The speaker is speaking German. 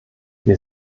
wir